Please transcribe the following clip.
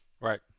Right